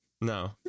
No